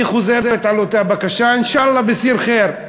היא חוזרת על אותה בקשה, "אינשאללה, בּיציר ח'יר".